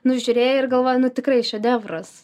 nu žiūrėjai ir galvojai nu tikrai šedevras